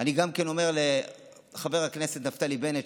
אני אומר גם לחבר הכנסת נפתלי בנט,